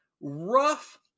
rough